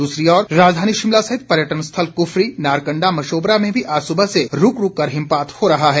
दूसरी ओर राजधानी शिमला सहित पर्यटक स्थल कुफरी नारकण्डा मशोबरा में भी आज सुबह से रूक रूक कर हिमपात हो रहा है